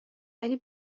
ولی